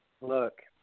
Look